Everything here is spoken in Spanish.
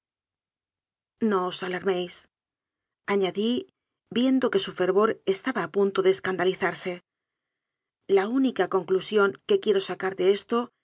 no os alarméisañadí viendo que su fervor es taba a punto de escandalizarse la única con clusión que quiero sacar de esto